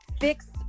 fix